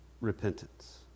Repentance